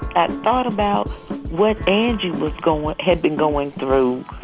and thought about what andrew was gone, what had been going through.